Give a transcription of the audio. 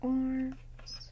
arms